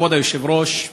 כבוד היושב-ראש,